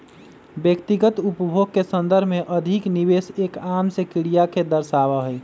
व्यक्तिगत उपभोग के संदर्भ में अधिक निवेश एक आम से क्रिया के दर्शावा हई